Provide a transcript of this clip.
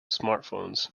smartphones